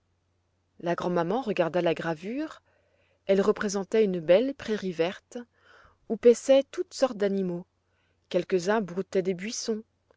la grand'maman regarda la gravure elle représentait une belle prairie verte où paissaient toutes sortes d'animaux quelques-uns broutaient des buissons